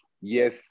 Yes